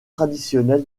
traditionnel